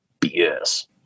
BS